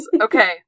okay